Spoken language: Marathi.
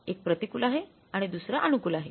एक प्रतिकूल आहे आणि दुसरं अनुकूल आहे